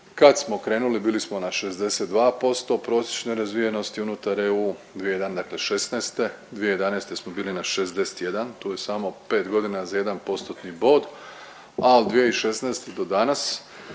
Kad smo krenuli bili smo na 62% prosječne razvijenosti unutar EU, dakle '16. 2011. smo bili na 61 tu je samo 5 godina za jedan postotni bod, a od 2016. do danas